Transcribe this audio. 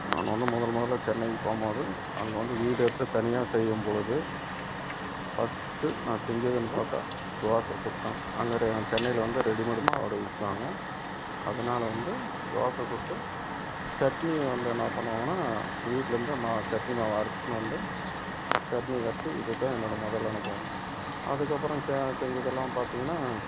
நான் வந்து முதல் முதல்ல சென்னைக்கு போகும் போது அங்கே வந்து வீடு எடுத்து தனியாக செய்யும்பொழுது ஃபர்ஸ்ட்டு நான் செஞ்சதுன்னு பார்த்தா தோசை சுட்டேன் அங்கே ரே சென்னையில் வந்து ரெடிமேடு மாவோடு விற்குவாங்க அதனால வந்து தோசை சுட்டு சட்னி வந்து என்ன பண்ணுவோனால் வீட்லருந்து மாவு சட்னி மாவு அரைச்சினு வந்து சட்னி கரைச்சி இது தான் என்னோடய முதல் அனுபவம் அதுக்கப்புறம் சே செஞ்சதெல்லாம் பாத்தீங்கனா